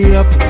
up